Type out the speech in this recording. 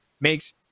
makes